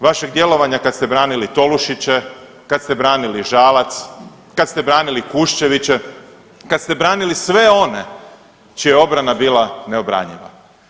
Vašeg djelovanja kad ste branili Tolušiće, kad ste branili Žalac, kad ste branili Kušćeviće, kad ste branili sve one čija je obrana bila neobranjiva.